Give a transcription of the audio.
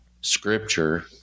scripture